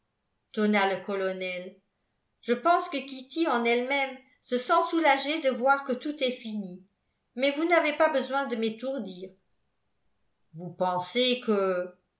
tonna le colonel je pense que kitty en elle-même se sent soulagée de voir que tout est fini mais vous n'avez pas besoin de m'étourdir vous pensez que